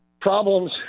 problems